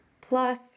plus